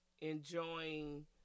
enjoying